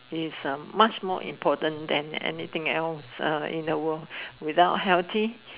is much more important than anything else in the world without healthy